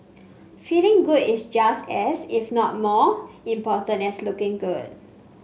feeling good is just as if not more important as looking good